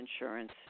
insurance